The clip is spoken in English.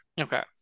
Okay